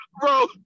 Bro